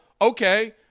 Okay